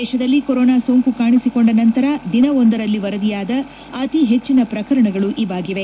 ದೇಶದಲ್ಲಿ ಕೊರೋನಾ ಸೋಂಕು ಕಾಣಿಸಿಕೊಂಡ ನಂತರ ದಿನವೊಂದರಲ್ಲಿ ವರದಿಯಾದ ಅತಿಹೆಚ್ಚಿನ ಪ್ರಕರಣಗಳು ಇವಾಗಿವೆ